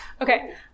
Okay